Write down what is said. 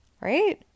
right